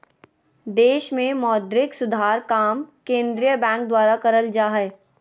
देश मे मौद्रिक सुधार काम केंद्रीय बैंक द्वारा करल जा हय